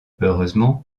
heureusement